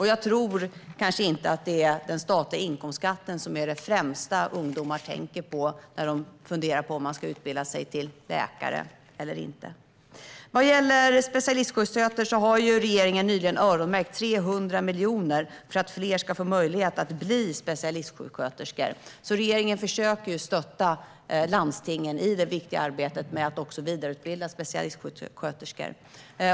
Jag tror kanske inte att den statliga inkomstskatten är det främsta som ungdomar tänker på när de funderar på att utbilda sig till läkare eller inte. Vad gäller specialistsjuksköterskor har regeringen nyligen öronmärkt 300 miljoner för att fler ska få möjlighet att bli specialistsjuksköterska. Regeringen försöker stötta landstingen i det viktiga arbetet med att vidareutbilda specialistsjuksköterskor.